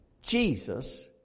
Jesus